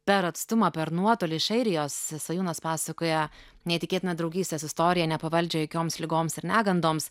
per atstumą per nuotolį iš airijos svajūnas pasakoja neįtikėtiną draugystės istoriją nepavaldžią jokioms ligoms ir negandoms